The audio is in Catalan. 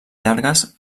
llargues